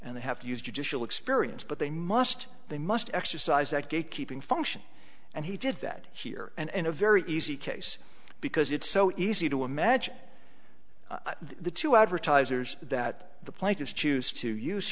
and they have to use judicial experience but they must they must exercise that gate keeping function and he did that here and in a very easy case because it's so easy to imagine the two advertisers that the plaintiffs choose to use